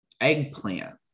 eggplant